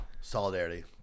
Solidarity